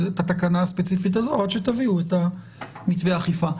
הספציפית הזאת עד שתביאו את מתווה האכיפה.